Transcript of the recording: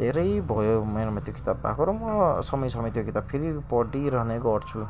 धेरै भयो मेरोमा त्यो किताब भएको र म समय समय त्यो किताब फेरि पढिरहने गर्छु